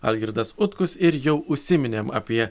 algirdas utkus ir jau užsiminėm apie